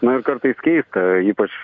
na ir kartais keista ypač